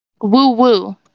Woo-woo